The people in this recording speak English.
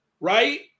Right